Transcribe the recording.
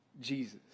Jesus